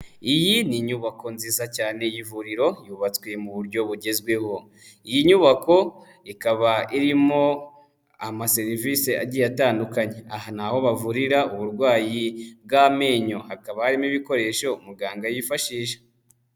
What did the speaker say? Iyi ni inyubako nziza cyane y'ivuriro yubatswe mu buryo bugezweho. Iyi nyubako ikaba irimo amaserivisi agiye atandukanye. Aha ni aho bavurira uburwayi bw'amenyo. Hakaba harimo ibikoresho muganga yifashisha.